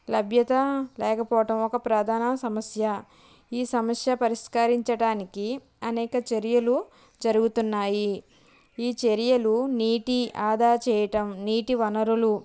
లభ్యతా లేకపోవటం ఒక ప్రధాన సమస్య ఈ సమస్య పరిష్కరించటానికి అనేక చర్యలు జరుగుతున్నాయి ఈ చర్యలు నీటి ఆదా చేయటం నీటి వనరులు